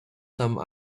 some